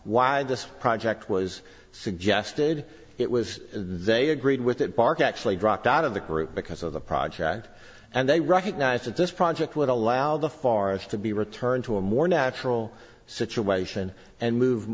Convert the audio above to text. why this project was suggested it was they agreed with that park actually dropped out of the group because of the project and they recognized that this project would allow the far as to be returned to a more natural situation and move